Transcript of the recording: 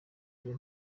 iyo